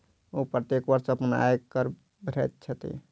ओ प्रत्येक वर्ष अपन आय कर भरैत छथि